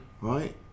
right